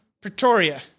Pretoria